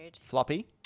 Floppy